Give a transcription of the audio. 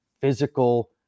physical